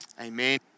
amen